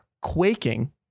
Quaking